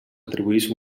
atribueix